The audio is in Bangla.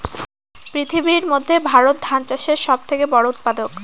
পৃথিবীর মধ্যে ভারত ধান চাষের সব থেকে বড়ো উৎপাদক